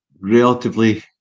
relatively